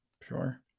Sure